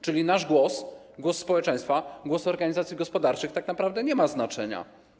Czyli nasz głos, głos społeczeństwa, głos organizacji gospodarczych, tak naprawdę nie ma znaczenia.